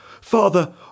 Father